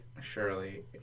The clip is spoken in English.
Surely